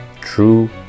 true